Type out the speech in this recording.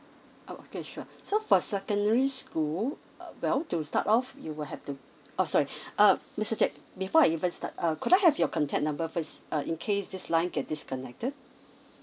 okay sure so for secondary school uh well to start off you will have to uh mister jack before I even start uh could I have your contact number first uh in case this line get disconnected